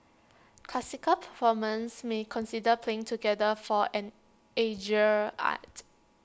classical performers may consider playing together for an edgier act